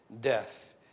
death